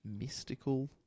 mystical